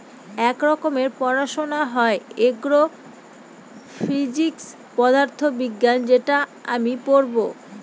এক রকমের পড়াশোনা হয় এগ্রো ফিজিক্স পদার্থ বিজ্ঞান যেটা আমি পড়বো